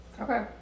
Okay